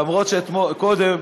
למרות שקודם,